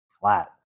Flat